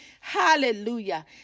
Hallelujah